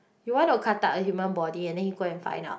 you want to cut out a human body and then you go and find out